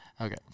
Okay